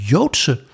Joodse